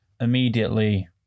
immediately